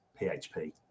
PHP